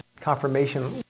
Confirmation